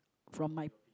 from my